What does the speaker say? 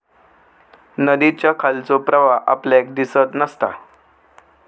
नदीच्या खालचो प्रवाह आपल्याक दिसत नसता